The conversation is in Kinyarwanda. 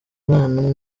mwana